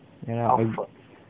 ya lah